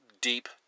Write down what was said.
deep